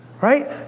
right